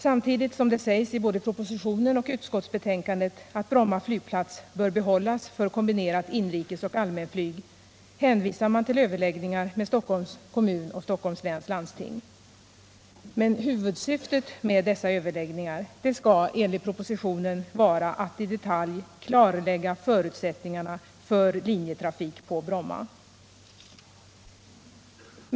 Samtidigt som det sägs i både propositionen och utskottsbetänkandet att Bromma flygplats bör behållas för kombinerat inrikesoch allmänflyg, hänvisar man till överläggningar med Stockholms kommun och Stockholms läns landsting. Men huvudsyftet med dessa överläggningar skall enligt propositionen vara att i detalj klarlägga förutsättningarna för linjetrafik på Bromma!